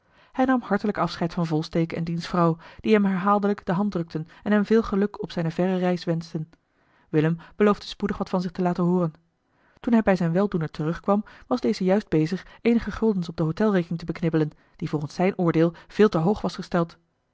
hij nam hartelijk afscheid van volsteke en diens vrouw die hem herhaaldelijk de hand drukten en hem veel geluk op zijne verre reis wenschten willem beloofde spoedig wat van zich te laten hooren toen hij bij zijn weldoener terug kwam was deze juist bezig eenige guldens op de hôtelrekening te beknibbelen die volgens zijn oordeel eli heimans willem roda veel te hoog was gesteld